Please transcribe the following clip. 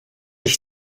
ich